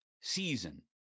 season